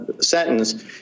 sentence